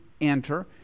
enter